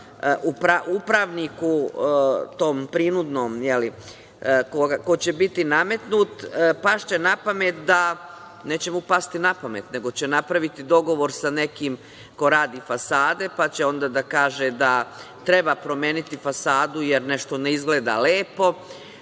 tamo upravniku, tom prinudnom, ko će biti nametnut, pašće napamet, neće mu pasti napamet, nego će napraviti dogovor sa nekim ko radi fasade, pa će onda da kaže da treba promeniti fasadu, jer nešto ne izgleda lepo.